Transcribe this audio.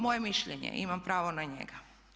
Moje mišljenje i imam pravo na njega.